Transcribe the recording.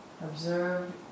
observe